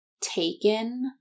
taken